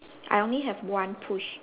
I only have one push